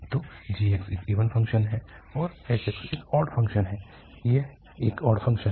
तो g एक even function है और h एक ऑड फ़ंक्शन है यह एक ऑड फ़ंक्शन है